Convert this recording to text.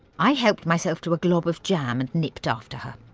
i helped myself to a glob of jam and nipped after her.